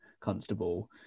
constable